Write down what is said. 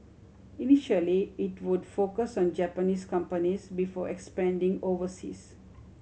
initially it would focus on Japanese companies before expanding overseas